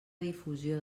difusió